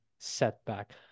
setback